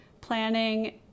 planning